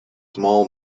small